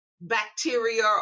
bacteria